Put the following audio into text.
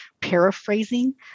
paraphrasing